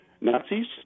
Nazis